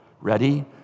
Ready